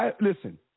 listen